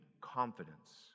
Confidence